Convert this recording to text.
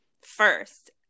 first